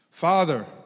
Father